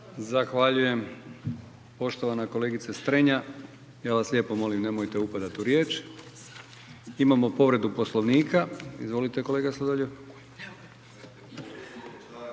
Zahvaljujem. Poštovana kolegice Strenja ja vas lijepo molim nemojte upadati u riječ. Imamo povredu Poslovnika, izvolite kolega Sladoljev.